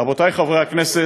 רבותי חברי הכנסת,